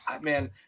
Man